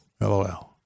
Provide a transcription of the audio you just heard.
LOL